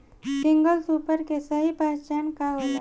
Single super के सही पहचान का होला?